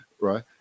right